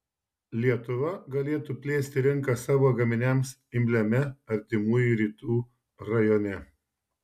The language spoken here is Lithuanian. lietuva galėtų plėsti rinką savo gaminiams imliame artimųjų rytų rajone